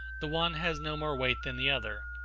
the one has no more weight than the other.